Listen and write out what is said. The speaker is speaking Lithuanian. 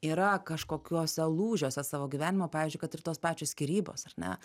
yra kažkokiuose lūžiuose savo gyvenimo pavyzdžiui kad ir tos pačios skyrybos ar ne